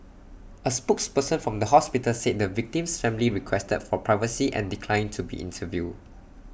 A spokesperson from the hospital said the victim's family requested for privacy and declined to be interviewed